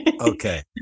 Okay